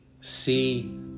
see